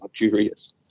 luxurious